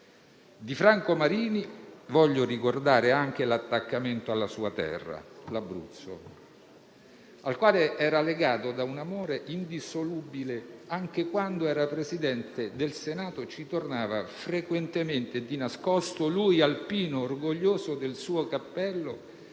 Di Franco Marini voglio ricordare anche l'attaccamento alla sua terra, l'Abruzzo, al quale era legato da un amore indissolubile; anche quando era Presidente del Senato ci tornava frequentemente e di nascosto, lui, alpino orgoglioso del suo cappello